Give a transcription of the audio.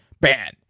ban